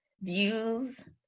views